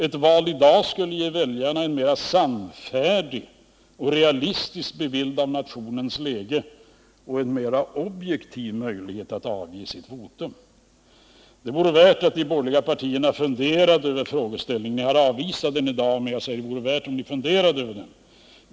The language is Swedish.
Ett val i dag skulle ge väljarna en mera sannfärdig och realistisk bild av nationens läge och en mera objektiv möjlighet att avge sitt votum. Det vore värdefullt om de borgerliga partierna funderade över frågeställningen. Ni har avvisat den i dag, men jag säger att det vore bra om ni funderade över den.